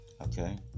Okay